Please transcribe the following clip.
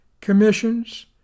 Commissions